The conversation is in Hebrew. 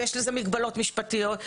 ויש לזה מגבלות משפטיות.